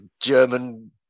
German